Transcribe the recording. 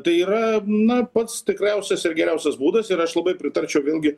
tai yra na pats tikriausias ir geriausias būdas ir aš labai pritarčiau vėlgi